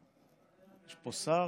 יש פה שר?